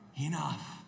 enough